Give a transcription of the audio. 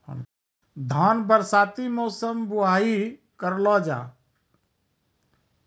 धान बरसाती मौसम बुवाई करलो जा?